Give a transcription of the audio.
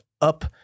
up